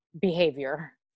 behavior